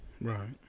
Right